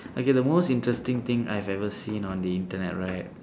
okay the most interesting thing I've ever seen on the internet right